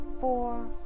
four